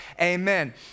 amen